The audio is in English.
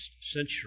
century